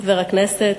חבר הכנסת,